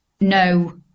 no